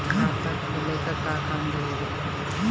खाता खोले ला का का जरूरी बा?